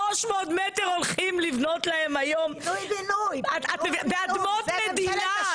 300 מטר הולכים לבנות להם היום, באדמות מדינה.